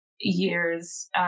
years